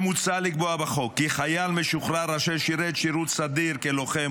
מוצע לקבוע בחוק כי חייל משוחרר אשר שירת שירות סדיר כלוחם,